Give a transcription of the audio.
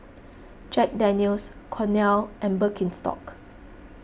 Jack Daniel's Cornell and Birkenstock